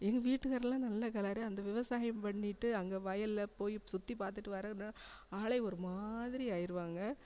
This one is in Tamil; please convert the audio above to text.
எங்கள் வீட்டுக்கார்லாம் நல்ல கலரு அந்த விவசாயம் பண்ணிகிட்டு அங்கே வயலில் போய் சுற்றி பார்த்துட்டு வரம்னா ஆளே ஒருமாதிரி ஆயிருவாங்க